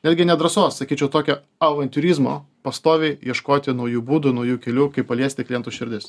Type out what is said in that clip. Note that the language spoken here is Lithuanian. netgi ne drąsos sakyčiau tokio avantiūrizmo pastoviai ieškoti naujų būdų naujų kelių kaip paliesti klientų širdis